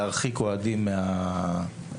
להרחיק אוהדים מהמגרשים.